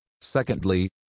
Secondly